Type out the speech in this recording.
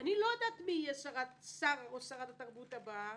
אני לא יודעת מי יהיה שר או שרת התרבות הבאה.